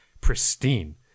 pristine